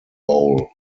bowl